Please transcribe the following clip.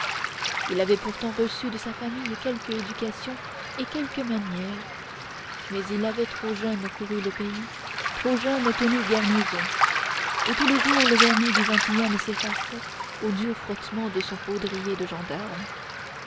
il avait pourtant reçu de sa famille quelque éducation et quelques manières mais il avait trop jeune couru le pays trop jeune tenu garnison et tous les jours le vernis du gentilhomme s'effaçait au dur frottement de son baudrier de gendarme